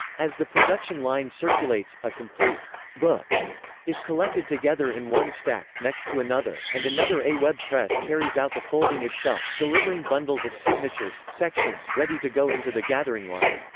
as the production line circulates, a complete book is collected together in one stack, next to another, and another a web press carries out the folding itself, delivering bundles of signatures ready to go into the gathering line.